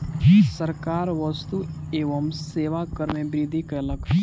सरकार वस्तु एवं सेवा कर में वृद्धि कयलक